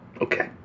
Okay